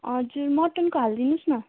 हजुर मटनको हालिदिनुहोस् न